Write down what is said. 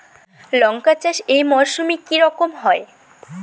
লঙ্কা চাষ এই মরসুমে কি রকম হয়?